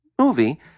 Movie